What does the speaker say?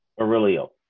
Aurelio